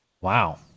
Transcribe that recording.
wow